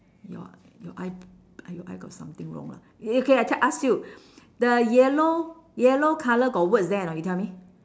your your eye uh your eye got something wrong lah okay I ask you the yellow yellow colour got words there or not you tell me